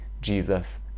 Jesus